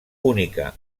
única